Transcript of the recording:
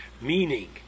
meaning